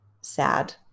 sad